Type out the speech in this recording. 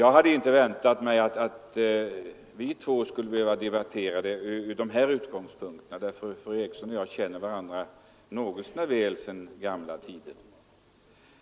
Jag hade inte väntat mig att vi två skulle behöva debattera detta från sådana utgångspunkter; fru Eriksson och jag känner varandra något så när väl sedan gamla tider.